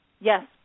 Yes